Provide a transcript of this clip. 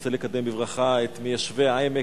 אני רוצה לקדם בברכה את מיישבי העמק,